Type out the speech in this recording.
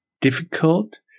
difficult